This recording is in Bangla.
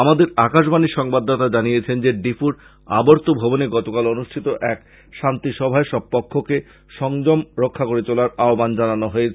আমাদের আকাশবাণীর সংবাদদাতারা জানিয়েছেন যে ডিফুর আবর্তভবনে গতকাল অনুষ্ঠিত এক শান্তিসভায় সব পক্ষকে সংযম রক্ষা করে চলার আহবান জানানো হয়েছে